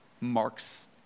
marks